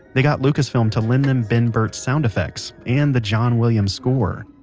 they got lucasfilm to lend them ben burtt's sound effects, and the john williams score.